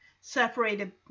separated